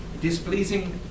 Displeasing